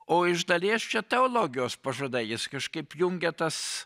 o iš dalies čia teologijos pažadai jis kažkaip jungia tas